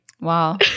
Wow